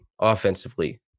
offensively